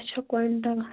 اچھا کۄینٹَل